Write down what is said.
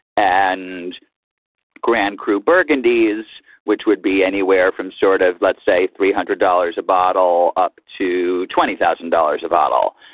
and grand cru burgundy is which would be anywhere from sort of, let's say, three hundred dollars a bottle up to twenty thousand dollars a bottle.